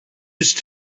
used